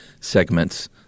segments